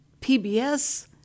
PBS